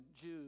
Jews